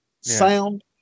sound